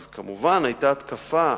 אז כמובן היתה התקפה: